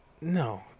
No